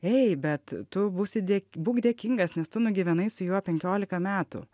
ei bet tu būsi dėk būk dėkingas nes tu nugyvenai su juo penkiolika metų